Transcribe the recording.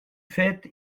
fait